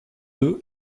deux